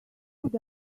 could